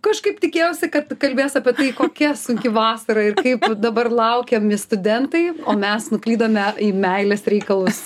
kažkaip tikėjausi kad kalbės apie tai kokia sunki vasara ir kaip dabar laukiam vis studentai o mes nuklydome į meilės reikalus